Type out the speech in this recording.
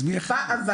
אבל,